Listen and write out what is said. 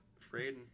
afraid